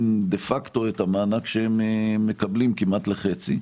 דה פקטו את המענק שהם מקבלים כמעט לחצי.